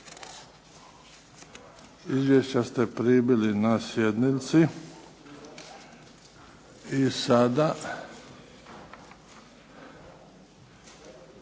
Izvješća ste primili na sjednici. I sada,